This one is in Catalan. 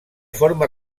forma